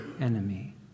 enemy